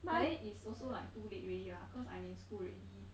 but then is also like too late already lah cause I'm in school already